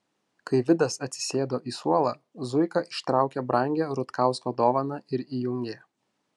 kai vidas atsisėdo į suolą zuika ištraukė brangią rutkausko dovaną ir įjungė